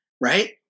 right